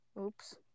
Oops